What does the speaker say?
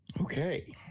Okay